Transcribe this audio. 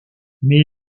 mais